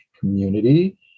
community